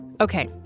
Okay